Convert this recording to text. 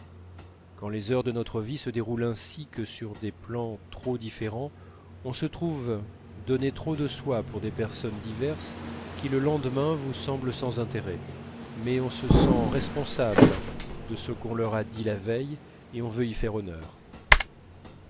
quand les heures de notre vie se déroulent ainsi que des plans trop différents on se trouve donner trop de soi pour des personnes diverses qui le lendemain vous semblent sans intérêt mais on se sent responsable de ce qu'on leur a dit la veille et on veut y faire honneur